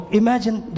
imagine